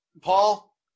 Paul